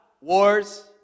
Wars